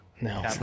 No